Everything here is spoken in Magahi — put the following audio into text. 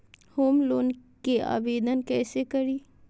होम लोन के आवेदन कैसे करि?